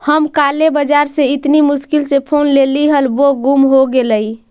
हम काले बाजार से इतनी मुश्किल से फोन लेली हल वो गुम हो गेलई